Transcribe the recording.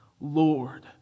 Lord